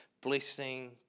blessing